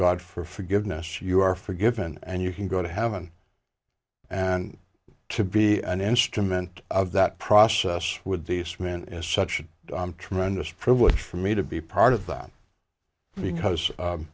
god for forgiveness you are forgiven and you can go to heaven and to be an instrument of that process would be spent as such a tremendous privilege for me to be part of that because